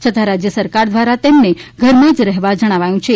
છતાં રાજ્ય સરકાર દ્વારા તેમને ઘરમાં જ રહેવા જણાવાયું છે